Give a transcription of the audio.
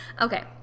Okay